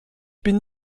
bin